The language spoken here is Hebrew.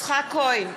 יצחק כהן,